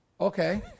okay